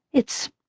it's,